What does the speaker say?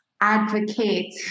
advocate